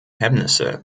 hemmnisse